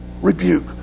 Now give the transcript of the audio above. rebuke